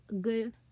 good